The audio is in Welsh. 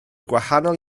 gwahanol